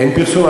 אין פרסום?